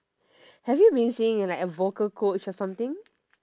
have you been seeing like a vocal coach or something